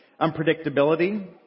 Unpredictability